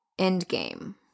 Endgame